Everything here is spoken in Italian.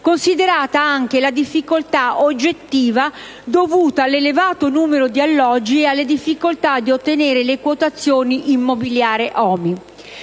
considerata anche la difficoltà oggettiva dovuta all'elevato numero di alloggi e la difficoltà di ottenere le quotazioni immobiliari OMI.